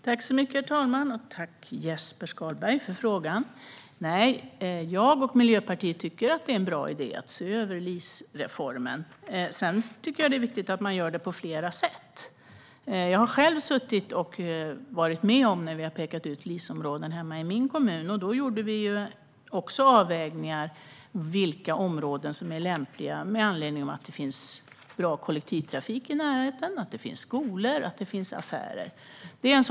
Herr talman! Tack, Jesper Skalberg Karlsson, för frågan! Nej, jag och Miljöpartiet tycker att det är en bra idé att se över LIS-reformen. Sedan tycker jag att det är viktigt att man gör det på flera sätt. Jag har själv varit med och pekat ut LIS-områden i min kommun. Då gjorde vi också avvägningar av vilka områden som är lämpliga med anledning av att det finns bra kollektivtrafik, skolor och affärer i närheten.